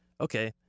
okay